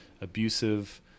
abusive